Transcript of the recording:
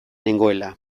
nengoela